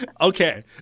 Okay